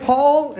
Paul